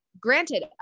granted